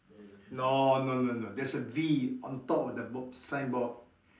no no no no there's a B on top of the bo~ signboard